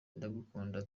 ndagukunda